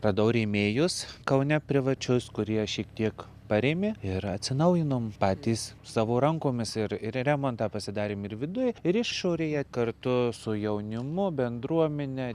radau rėmėjus kaune privačius kurie šiek tiek parėmė ir atsinaujinom patys savo rankomis ir ir remontą pasidarėm ir viduj ir išorėje kartu su jaunimu bendruomene